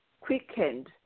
quickened